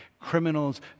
Criminals